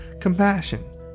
compassion